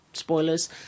spoilers